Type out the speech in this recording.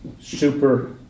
super